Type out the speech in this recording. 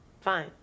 fine